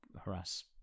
harass